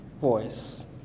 voice